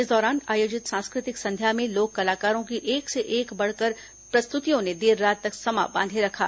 इस दौरान आयोजित सांस्कृतिक संध्या में लोक कलाकारों की एक से बढ़कर एक प्रस्तुतियों ने देर रात तक समा बांधे रखा